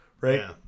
Right